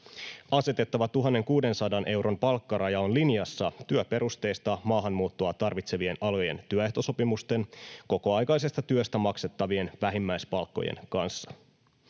Asetettava 1 600 euron palkkaraja on linjassa työperusteista maahanmuuttoa tarvitsevien alojen työehtosopimusten kokoaikaisesta työstä maksettavien vähimmäispalkkojen kanssa.